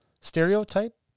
stereotype